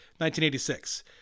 1986